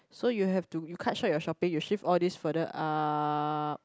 so you have to you cut short your shopping you shift all this further up